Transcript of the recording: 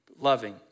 loving